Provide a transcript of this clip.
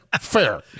fair